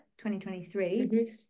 2023